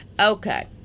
Okay